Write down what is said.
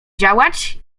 działać